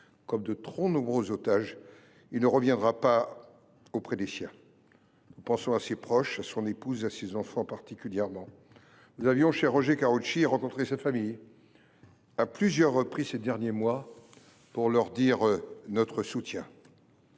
Comme de trop nombreux otages, il ne reviendra pas auprès des siens. Nous pensons à ses proches, à son épouse et à ses enfants particulièrement. Nous avions, cher Roger Karoutchi, rencontré sa famille à plusieurs reprises au cours des derniers mois pour lui dire notre soutien.